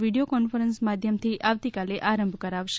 video conference માધ્યમથી આવતીકાલે આરંભ કરાવશે